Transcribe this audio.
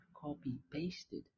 copy-pasted